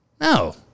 No